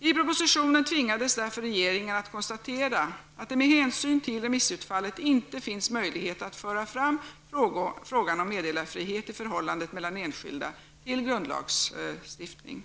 I propositionen tvingades därför regeringen att konstatera att det med hänsyn till remissutfallet inte finns möjlighet att föra fram frågan om meddelarfrihet i förhållandet mellan enskilda till grundlagstiftning.